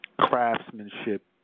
craftsmanship